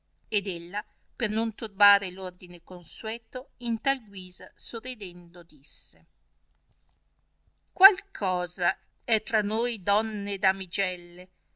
ed ella per non turbare r ordine consueto in tal guisa sorridendo disse qual cosa è tra noi donne e damigelle